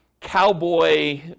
cowboy